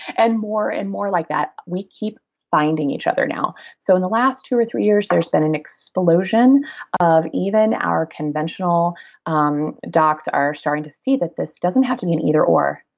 and more and more like that. we keep finding each other now, so in the last two or three years, there's been an explosion of even our conventional um docs are starting to see that this doesn't have to mean either or.